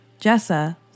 Jessa